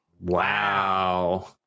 Wow